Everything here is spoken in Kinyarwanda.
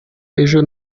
ejo